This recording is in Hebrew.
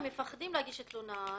הם מפחדים להגיש תלונה.